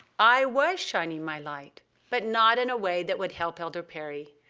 i was shining my light but not in a way that would help elder perry.